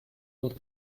und